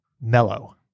mellow